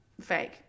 Fake